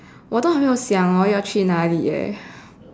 我都还没有想 hor 要去哪里 leh